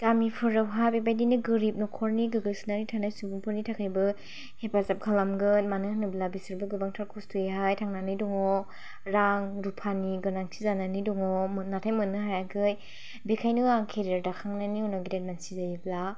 गामिफोराव हाय बेबादिनो गोरिब नखरनि गोदोसोनानै थानाय सुबुंफोरनि थाखायबो हेफाजाब खालामगोन मानो होनोब्ला बिसोरबो गोबांथार खस्थ'यैहाय थांनानै दङ रां रुफानि गोनांथि जानानै दङ नाथाय मोन्नो हायाखै बेखायनो आं केरियार दाखांनायनि उनाव गेदेर मानसि जायोब्ला